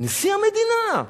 נשיא המדינה,